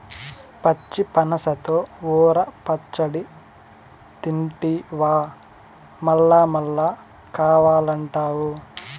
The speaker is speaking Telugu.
పచ్చి పనసతో ఊర పచ్చడి తింటివా మల్లమల్లా కావాలంటావు